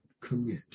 commit